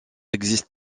existent